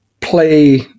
play